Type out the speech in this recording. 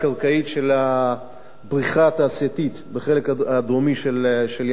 של הבריכה התעשייתית בחלק הדרומי של ים-המלח.